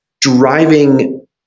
Driving